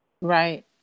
Right